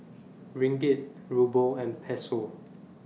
Ringgit Ruble and Peso